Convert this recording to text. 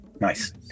nice